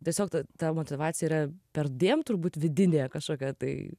tiesiog ta ta motyvacija yra perdėm turbūt vidinė kažkokia tai